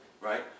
right